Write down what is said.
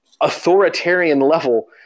authoritarian-level